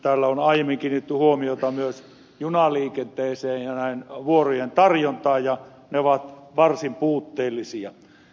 täällä on aiemmin kiinnitetty huomiota myös junaliikenteeseen ja näiden vuorojen tarjontaan ja ne ovat varsin puutteellisia